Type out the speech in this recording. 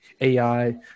AI